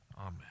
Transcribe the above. Amen